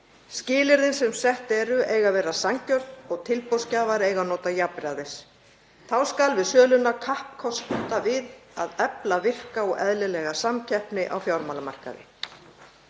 Skilyrðin sem sett eru eiga að vera sanngjörn og tilboðsgjafar eiga að njóta jafnræðis. Þá skal við söluna kappkosta að efla virka og eðlilega samkeppni á fjármálamarkaði.